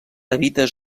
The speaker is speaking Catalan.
habita